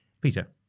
peter